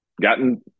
gotten